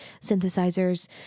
synthesizers